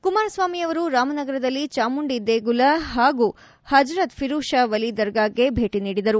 ಕುಮಾರಸ್ವಾಮಿಯವರು ರಾಮನಗರದಲ್ಲಿ ಚಾಮುಂಡಿ ದೇಗುಲ ಪಾಗೂ ಪಜರತ್ ಫಿರುಂ ಪಾ ವಲಿ ದರ್ಗಾಗೆ ಭೇಟ ನೀಡಿದರು